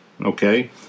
Okay